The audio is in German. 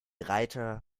reiter